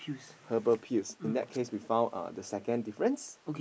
herbal pills in that case we found uh the second difference